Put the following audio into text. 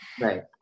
Right